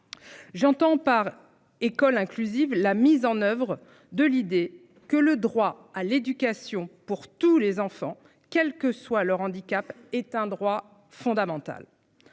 J'entends par école inclusive. La mise en oeuvre de l'idée que le droit à l'éducation pour tous les enfants, quel que soit leur handicap est un droit fondamental.